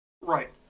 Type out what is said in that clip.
right